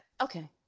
Okay